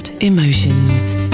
Emotions